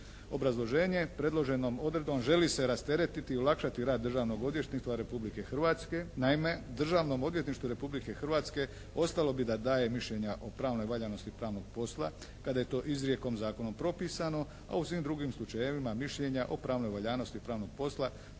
Obrazloženje: Predloženom odredbom želi se rasteretiti i olakšati rad Državnog odvjetništva Republike Hrvatske. Naime Državnom odvjetništvu Republike Hrvatske ostalo bi da daje mišljenja o pravnoj valjanosti pravnog posla kada je to izrijekom zakonom propisano, a u svim drugim slučajevima mišljenja o pravnoj valjanosti pravnog posla